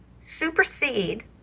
supersede